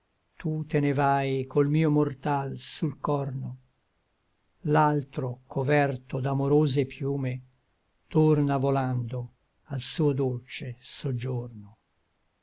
tu te ne vai col mio mortal sul corno l'altro coverto d'amorose piume torna volando al suo dolce soggiorno